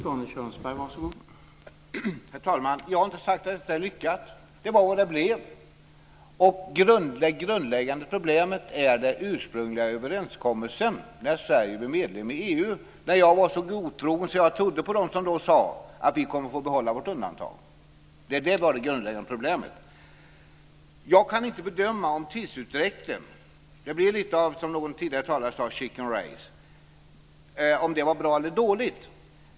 Herr talman! Jag har inte sagt att detta är lyckat. Det var vad det blev. Det grundläggande problemet är den ursprungliga överenskommelsen när Sverige blev medlem i EU. Jag var så godtrogen att jag trodde på dem som då sade att vi skulle få behålla vårt undantag. Det var det grundläggande problemet. Jag kan inte bedöma om tidsutdräkten var bra eller dålig. Det blev, som en tidigare talare sade, lite av chicken race.